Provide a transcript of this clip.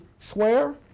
swear